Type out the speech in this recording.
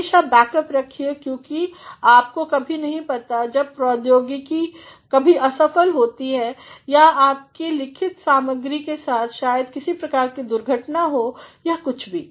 हमेशा बैकअप रखिए क्योंकि आपको कभी नहीं पता जब प्रौद्योगिकी कभी असफल होती है या आपके लिखित सामग्री के साथ शायद किसी प्रकार की दुर्घटना हो या कुछ भी